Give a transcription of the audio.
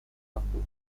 waktu